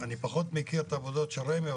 אני פחות מכיר את העבודות של רמ"י,